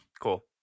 Cool